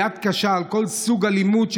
יד קשה בכל סוג אלימות,